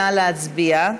נא להצביע.